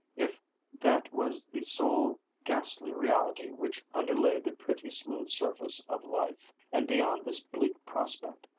if that was the sole ghastly reality which underlay the pretty-smooth surface of life? and beyond this bleak prospect,